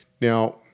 Now